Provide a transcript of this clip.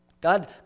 God